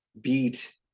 beat